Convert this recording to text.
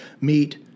meet –